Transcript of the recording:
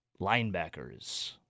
linebackers